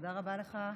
תודה רבה לך,